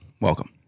welcome